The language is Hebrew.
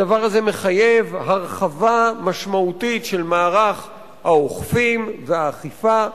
הדבר הזה מחייב הרחבה משמעותית של מערך האוכפים והאכיפה,